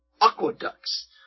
aqueducts